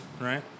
right